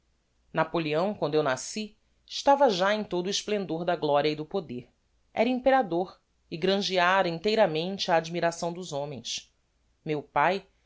napoleão quando eu nasci estava já em todo o explendor da gloria e do poder era imperador e grangeára inteiramente a admiração dos homens meu pae